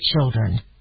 children